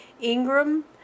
Ingram